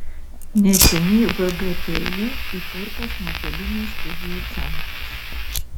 neseniai vgtu įkurtas nuotolinių studijų centras